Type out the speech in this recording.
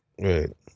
Right